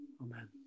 Amen